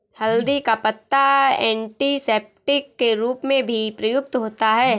हल्दी का पत्ता एंटीसेप्टिक के रूप में भी प्रयुक्त होता है